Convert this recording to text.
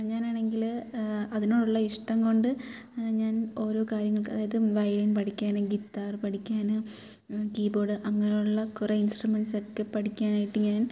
ഞാനാണെങ്കിൽ അതിനോടുള്ള ഇഷ്ടം കൊണ്ട് ഞാൻ ഓരോ കാര്യങ്ങൾക്ക് അതായത് വയലിൻ പഠിക്കാൻ ഗിറ്റാർ പഠിക്കാൻ കീബോർഡ് അങ്ങനെയുള്ള കുറെ ഇൻസ്ട്രുമെൻറ്സൊക്കെ പഠിക്കാനായിട്ട് ഞാൻ